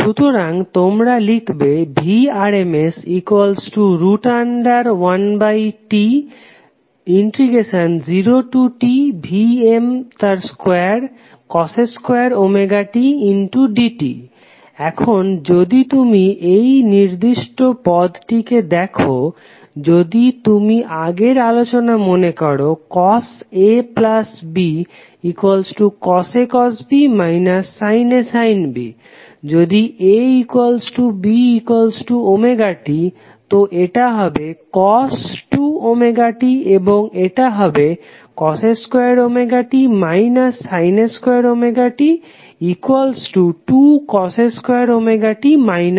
সুতরাং তোমরা লিখবে Vrms1T0TVm2cos2tdt এখন যদি তুমি এই নির্দিষ্ট পদটিকে দেখো যদি তুমি আগের আলোচনা মনে করো cosABcosAcosB sinAsinB যদি ABωt তো এটা হবে cos2ωt এবং এটা হবে cos2t sin2ωt2cos2t 1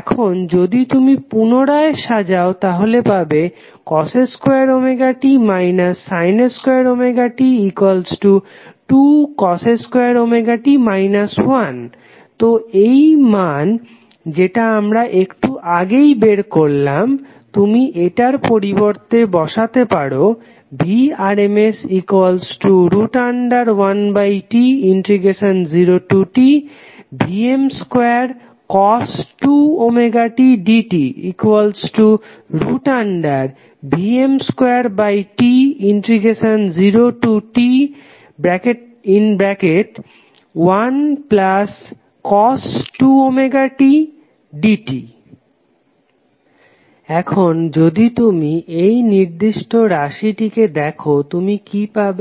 এখন যদি তুমি পুনরায় সাজাও তাহলে পাবে cos2t sin2ωt2cos2t 1 তো এই মান যেটা আমরা একটু আগেই বের করলাম তুমি এটার পরিবর্তে বসাতে পারি Vrms1T0TVm2cos2ωtdtVm2T0T1cos2ωtdt এখন যদি তুমি এই নির্দিষ্ট রাশিটিকে দেখো তুমি কি পাবে